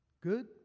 Good